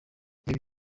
ibi